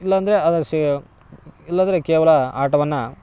ಇಲ್ಲಂದರೆ ಇಲ್ಲಂದರೆ ಕೇವಲ ಆಟವನ್ನ